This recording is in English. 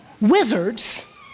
wizards